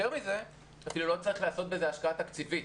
יותר מזה, אפילו לא צריך לעשות בזה השקעה תקציבית,